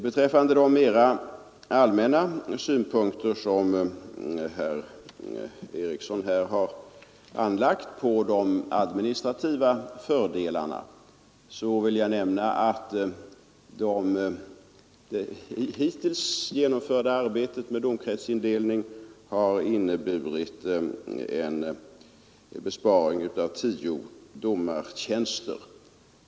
Beträffande de mera allmänna synpunkter som herr Eriksson i Ulfsbyn anlagt på de administrativa fördelarna vill jag nämna, att det hittills genomförda arbetet med domkretsindelning inneburit en besparing av 10 domartjänster.